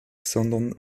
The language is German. sondern